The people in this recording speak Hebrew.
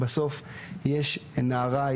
בסוף יש נערה,